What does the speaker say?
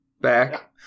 Back